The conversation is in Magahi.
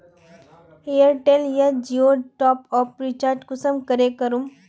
एयरटेल या जियोर टॉप आप रिचार्ज कुंसम करे करूम?